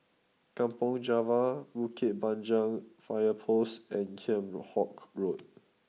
Kampong Java Bukit Panjang Fire Post and Kheam Hock Road